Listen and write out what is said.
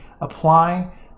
apply